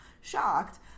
shocked